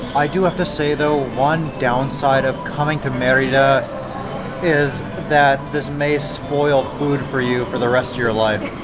i do have to say though one downside of coming to merida is that this may spoil food for you for the rest of your life.